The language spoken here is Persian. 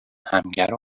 همگرا